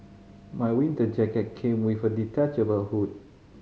my winter jacket came with a detachable hood